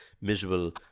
miserable